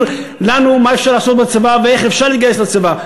לנו מה אפשר לעשות בצבא ואיך אפשר להתגייס לצבא?